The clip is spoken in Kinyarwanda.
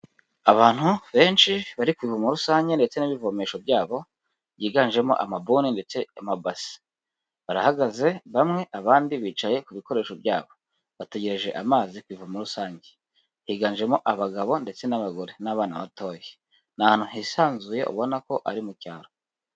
Abantu benshi bari ku ivomo rusange ndetse n'ibivomesho byabo byiganjemo amaboni ndetse n'amabasi, barahagaze bamwe abandi bicaye ku bikoresho byabo bategereje amazi ku ivomo rusange, higanjemo abagabo ndetse n'abagore n'abana batoya, n'ahantu hisanzuye ubona ko ari mu cyaro.